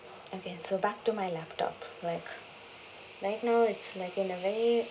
okay so back to my laptop like right now it's like in a very